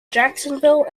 jacksonville